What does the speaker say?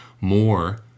more